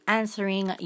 answering